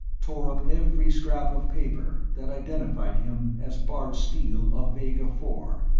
tore up every scrap of paper that identified him as bart steele of vega four,